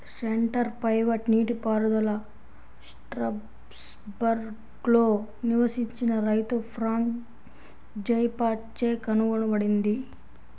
centre pivot నీటిపారుదల స్ట్రాస్బర్గ్లో నివసించిన రైతు ఫ్రాంక్ జైబాచ్ చే కనుగొనబడింది